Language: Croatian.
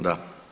Da.